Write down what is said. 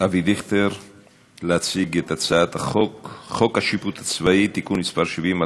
אבי דיכטר להציג את הצעת חוק השיפוט הצבאי (תיקון מס' 70),